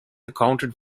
accounted